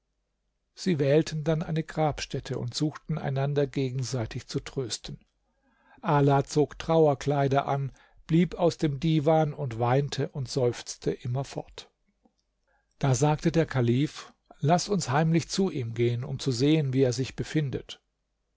sie wählten dann eine grabstätte und suchten einander gegenseitig zu trösten ala zog trauerkleider an blieb aus dem divan und weinte und seufzte immerfort da sagte der kalif laß uns heimlich zu ihm gehen um zu sehen wie er sich befindet